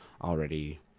already